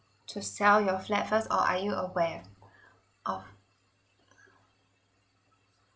to sell your flat first or are you aware of